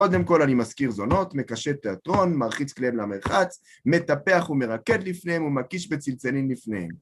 קודם כל אני מזכיר זונות, מקשט תיאטרון, מרחיץ כליהם למרחץ, מטפח ומרקד לפניהם ומקיש בצלצלין לפניהם.